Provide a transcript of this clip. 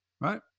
Right